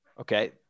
Okay